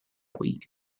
week